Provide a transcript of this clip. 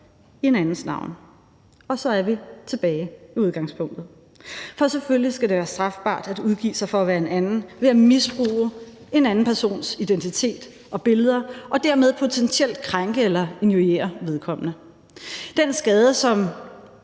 i en andens navn. Og så er vi tilbage ved udgangspunktet. For selvfølgelig skal det være strafbart at udgive sig for at være en anden ved at misbruge en anden persons identitet og billeder og dermed potentielt krænke eller injuriere vedkommende. Den skade, som